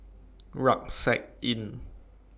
Rucksack Inn